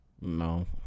No